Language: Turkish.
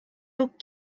yok